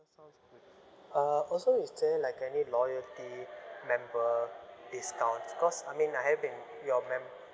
that's sounds good uh also is there like any loyalty member discount because I mean I have been your mem~